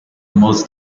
most